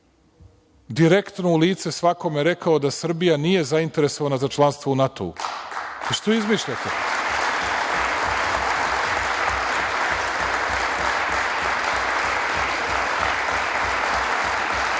direktno u lice svakome rekao da Srbije nije zainteresovana za članstvo u NATO-u. Što izmišljate?U